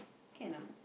can ah